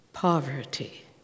Poverty